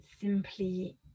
simply